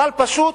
אבל פשוט